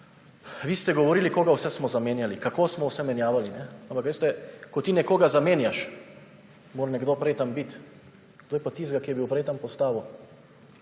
vi ste govorili, koga vse smo zamenjali, kako smo vse menjavali. Ampak veste, ko ti nekoga zamenjaš, mora nekdo prej tam biti. Kdo je pa tistega, ki je bil prej tam, postavil?